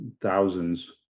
thousands